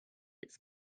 its